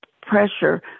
pressure